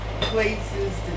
places